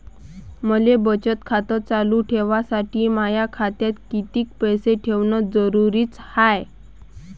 मले बचत खातं चालू ठेवासाठी माया खात्यात कितीक पैसे ठेवण जरुरीच हाय?